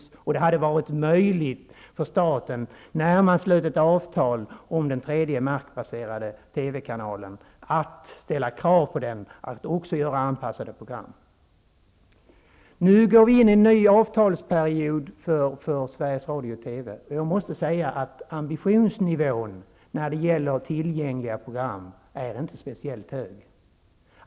När man slöt avtalet hade det varit möjligt för staten att ställa krav på att kanalen också skulle sända anpassade program. Nu går vi in i en ny avtalsperiod för Sveriges Radio och TV. Ambitionsnivån är inte speciellt hög när det gäller tillgängliga program.